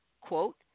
quote